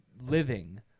living